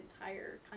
entire